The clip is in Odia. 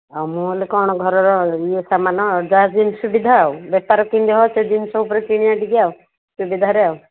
ଆଉ ମୁଁ ହେଲେ କ'ଣ ଘରର ଇଏ ସାମାନ ଯାହା ଯେମିତି ସୁବିଧା ଆଉ ବେପାର କିମିତି ହେବ ସେ ଜିନିଷ ଉପରେ କିଣିବା ଟିକିଏ ଆଉ ସୁବିଧାରେ ଆଉ